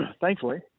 thankfully